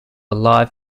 live